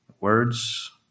words